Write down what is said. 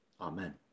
Amen